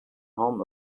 home